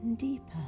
deeper